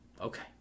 Okay